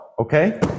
Okay